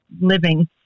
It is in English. living